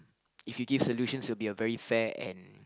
if you give solutions it will be a very fair and